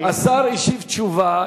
השר השיב תשובה.